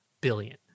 billion